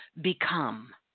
Become